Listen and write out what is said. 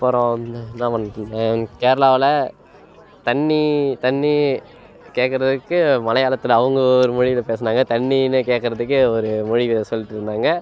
அப்புறம் என்ன பண்ணிட்டிருந்தேன் கேரளாவில் தண்ணி தண்ணி கேட்குறதுக்கு மலையாளத்தில் அவங்க ஒரு மொழியில் பேசினாங்க தண்ணின்னு கேட்குறத்துக்கு ஒரு மொழி சொல்லிட்டிருந்தாங்க